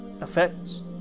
effects